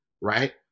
right